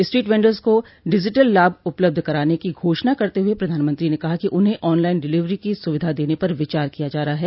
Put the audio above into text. street vendors को digital लाभ उपलब्ध कराने की घोषणा करत हुए प्रधानमंत्री ने कहा कि उन्हें ऑनलाइन डिलीवरी की सुविधा देने पर विचार किया जा रहा है